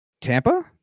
Tampa